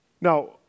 Now